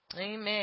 amen